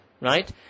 right